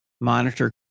monitor